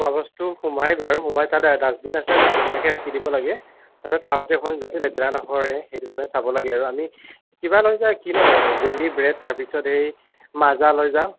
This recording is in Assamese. খোৱা বস্তু সোমায় বাৰু সোমায় তাত ডাষ্টবিন আছে তাত ধুনীয়াকৈ ৰাখি দিব লাগে ফলত খাওঁতে অকণমান যাতে লেতেৰা নহয় সেইটো কাৰণে চাব লাগে আৰু আমি কিবা লৈ যাওঁ কিনো আৰু জেলি ব্ৰেড তাৰপিছত সেই মাজা লৈ যাওঁ